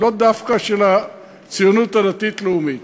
היא לא דווקא של הציונות הדתית-לאומית.